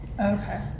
Okay